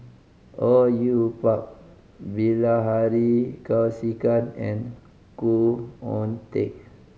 Au Yue Pak Bilahari Kausikan and Khoo Oon Teik